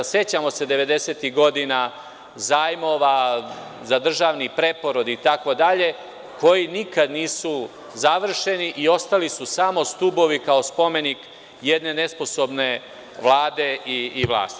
Sećamo se 90-ih godina, zajmova za državni preporod, i tako dalje koji nikada nisu završeni i ostali su samo stubovi kao spomenik jedne nesposobne vlade i vlasti.